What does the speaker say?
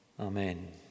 Amen